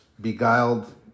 beguiled